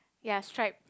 ya striped